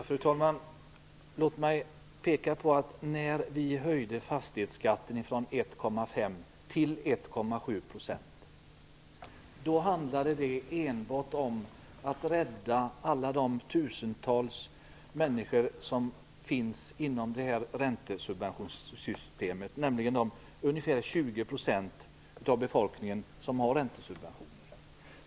Fru talman! När vi höjde fastighetsskatten från 1,5 till 1,7 % handlade det enbart om att rädda alla de tusentals människor som finns inom det här räntesubventionssystemet, nämligen de ungefär 20 % av befolkningen som har räntesubventioner.